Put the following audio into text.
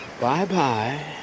Bye-bye